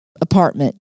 apartment